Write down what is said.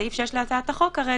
סעיף 6 להצעת החוק כרגע,